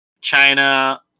China